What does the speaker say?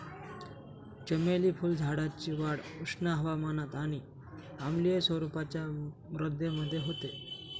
चमेली फुलझाडाची वाढ उष्ण हवामानात आणि आम्लीय स्वरूपाच्या मृदेमध्ये होते